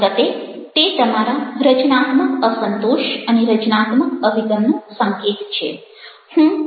હકીકતે તે તમારા રચનાત્મક અસંતોષ અને રચનાત્મક અભિગમનો સંકેત છે